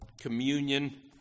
communion